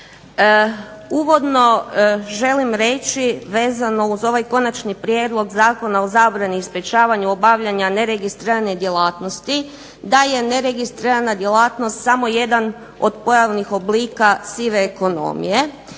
Uvodno želim reći vezano uz ovaj konačni prijedlog Zakona o zabrani i sprječavanju obavljanja neregistrirane djelatnosti, da je neregistrirana djelatnost samo jedan od pojavnih oblika sive ekonomije.